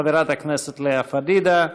חברת הכנסת לאה פדידה.